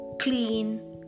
clean